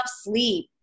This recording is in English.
sleep